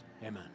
Amen